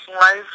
life